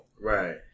Right